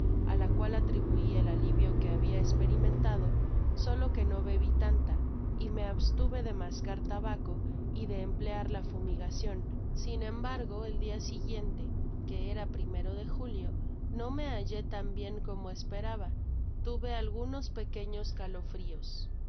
á la cual atribui el alivio que habia esperimentodo solo que no bebi tanta y me abstuve de mascar tabaco y de emplear la fumigacion sin embargo el dia siguiente que era primero de julio no me hallé tan bien como esperaba tuve algunos pequeños calofrios